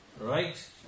Right